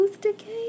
decay